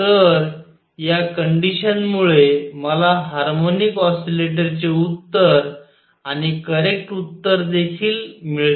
तर या कंडिशन मूळे मला हार्मोनिक ऑसीलेटरचे उत्तर आणि करेक्ट उत्तर देखील मिळते